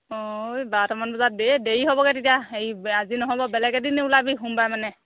অঁ বাৰটামান বজাত দেৰি হ'বগে তেতিয়া হেৰি আজি নহ'ব বেলেগ এদিন ওলাবি সোমবাৰ মানে